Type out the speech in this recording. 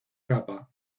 capa